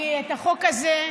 כי את החוק הזה,